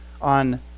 on